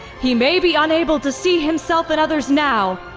he may be unable to see himself in others now,